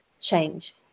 change